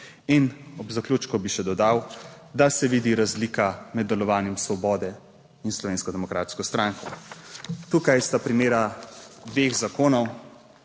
In ob zaključku bi še dodal, da se vidi razlika med delovanjem Svobode in Slovensko demokratsko stranko. Tukaj sta primera dveh zakonov,